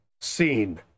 seen